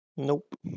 nope